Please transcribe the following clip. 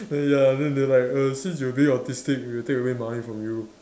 err ya then they like err since you being autistic we'll take away money from you